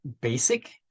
basic